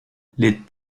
les